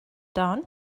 down